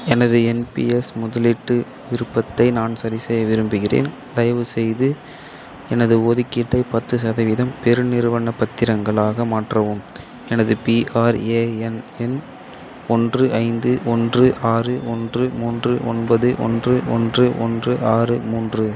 எனது N P S முதலீட்டு விருப்பத்தை நான் சரிசெய்ய விரும்புகிறேன் தயவுசெய்து எனது ஒதுக்கீட்டை பத்து சதவீதம் பெருநிறுவனப் பத்திரங்களாக மாற்றவும் எனது பிஆர்ஏஎன் எண் ஒன்று ஐந்து ஒன்று ஆறு ஒன்று மூன்று ஒன்பது ஒன்று ஒன்று ஒன்று ஆறு மூன்று